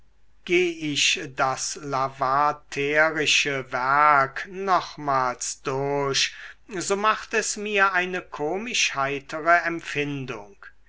geh ich das lavaterische werk nochmals durch so macht es mir eine komisch heitere empfindung